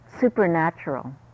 supernatural